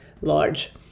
large